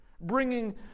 bringing